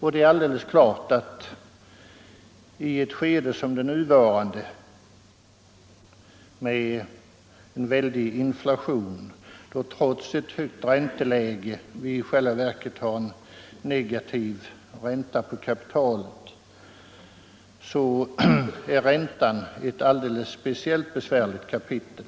I ett skede som det nuvarande med en väldig inflation, där vi trots ett högt ränteläge — Riktlinjer för har en negativ ränta på kapitalet, är räntan ett alldeles speciellt besvärligt — bostadspolitiken kapitel.